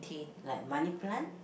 like money plant